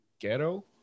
ghetto